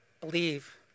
believe